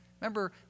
Remember